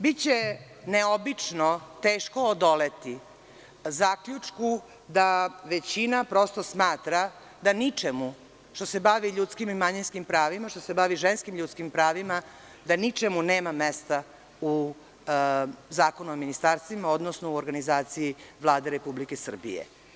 Biće neobično teško odoleti zaključku da većina prosto smatra da ničemu što se bavi ljudskim i manjinskim pravima, što se bavi ženskim ljudskim pravima, da ničemu nema mesta u Zakonu o ministarstvima, odnosno u organizaciji Vlade Republike Srbije.